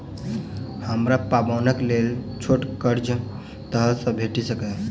हमरा पाबैनक लेल छोट कर्ज कतऽ सँ भेटि सकैये?